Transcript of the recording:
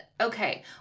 okay